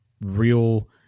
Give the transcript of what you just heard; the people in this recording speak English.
real